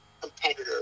competitor